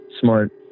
smart